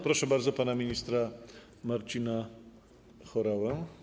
Proszę bardzo pana ministra Marcina Horałę.